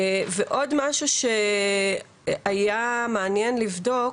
עוד משהו שהיה מעניין לבדוק,